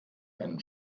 einen